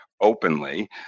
openly